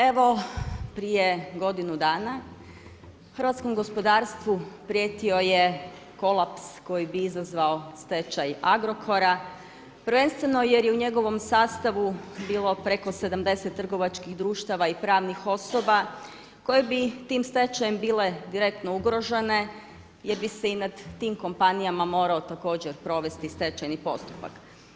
Evo, prije godinu dana, hrvatskom gospodarstvu, prijetio je kolaps koji bi izazvao stečaj Agrokora, prvenstveno jer je u njegovom sastavu bilo preko 70 trgovačkih društava i pravnih osoba, koji bi tim stečajem bile direktno ugrožene, jer bi se i nad tim kompanijama, morao također provesti stečajni postupak.